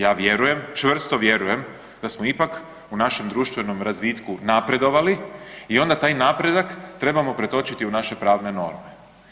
Ja vjerujem, čvrsto vjerujem da smo ipak u našem društvenom razvitku napredovali i onda taj napredak trebamo pretočiti u naše pravne norme.